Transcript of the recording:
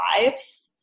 lives